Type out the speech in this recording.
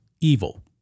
evil